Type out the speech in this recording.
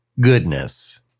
goodness